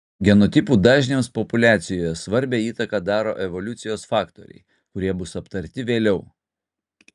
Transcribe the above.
genotipų dažniams populiacijoje svarbią įtaką daro evoliucijos faktoriai kurie bus aptarti vėliau